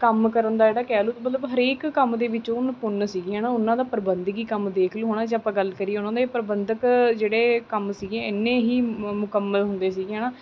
ਕੰਮ ਕਰਨ ਦਾ ਜਿਹੜਾ ਕਹਿ ਲਓ ਮਤਲਬ ਹਰੇਕ ਕੰਮ ਦੇ ਵਿੱਚ ਉਹ ਨਿਪੁੰਨ ਸੀਗੇ ਹੈ ਨਾ ਉਨ੍ਹਾਂ ਦਾ ਪ੍ਰਬੰਧਕੀ ਕੰਮ ਦੇਖ ਲਓ ਹੈ ਨਾ ਜੇ ਆਪਾਂ ਗੱਲ ਕਰੀਏ ਉਨ੍ਹਾਂ ਦੇ ਪ੍ਰਬੰਧਕ ਜਿਹੜੇ ਕੰਮ ਸੀਗੇ ਐਨੇ ਹੀ ਮੁ ਮੁਕੰਮਲ ਹੁੰਦੇ ਸੀਗੇ ਹੈ ਨਾ